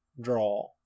draw